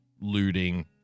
looting